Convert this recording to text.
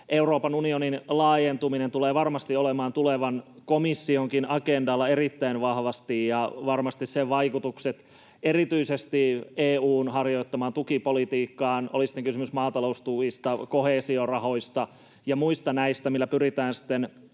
Euroopan unionin laajentuminen tulee varmasti olemaan tulevan komissionkin agendalla erittäin vahvasti ja varmasti sen vaikutukset erityisesti EU:n harjoittamaan tukipolitiikkaan, oli sitten kysymys maataloustuista, koheesiorahoista ja muista näistä, millä sitten